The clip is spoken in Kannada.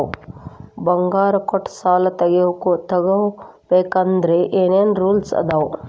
ಬಂಗಾರ ಕೊಟ್ಟ ಸಾಲ ತಗೋಬೇಕಾದ್ರೆ ಏನ್ ಏನ್ ರೂಲ್ಸ್ ಅದಾವು?